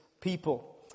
people